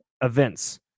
events